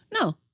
No